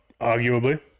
arguably